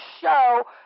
show